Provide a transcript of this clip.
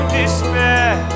despair